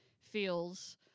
feels